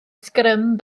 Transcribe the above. sgrym